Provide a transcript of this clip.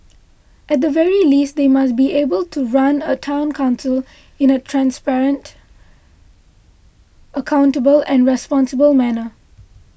at the very least they must be able to run a Town Council in a transparent accountable and responsible manner